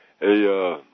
Hey